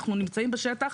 אנחנו נמצאים בשטח.